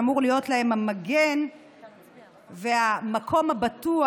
שאמור להיות להם המגן והמקום הבטוח,